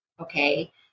Okay